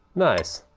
nice,